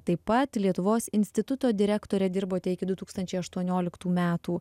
taip pat lietuvos instituto direktore dirbote iki du tūkstančiai aštuonioliktų metų